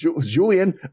Julian